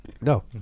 No